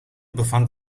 befand